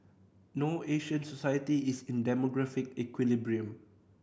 no Asian society is in demographic equilibrium